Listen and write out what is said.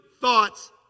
thoughts